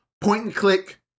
point-and-click